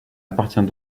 appartient